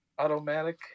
automatic